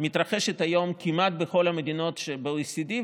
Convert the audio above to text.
מתרחשת היום כמעט בכל המדינות שב-OECD,